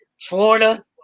Florida